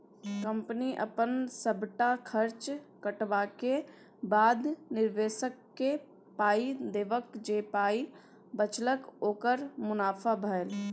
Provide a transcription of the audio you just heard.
कंपनीक अपन सबटा खर्च कटबाक बाद, निबेशककेँ पाइ देबाक जे पाइ बचेलक ओकर मुनाफा भेलै